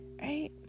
right